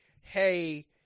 hey –